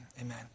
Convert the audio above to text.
Amen